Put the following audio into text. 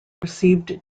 received